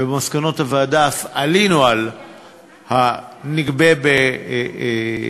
ובמסקנות הוועדה אף עלינו על הנִגבֶּה בקנדה,